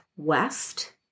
west